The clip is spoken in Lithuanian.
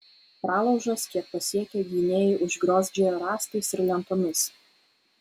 pralaužas kiek pasiekia gynėjai užgriozdžia rąstais ir lentomis